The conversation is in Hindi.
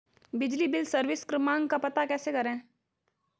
बिजली बिल सर्विस क्रमांक का पता कैसे करें?